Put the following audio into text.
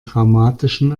traumatischen